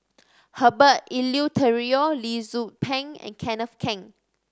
Herbert Eleuterio Lee Tzu Pheng and Kenneth Keng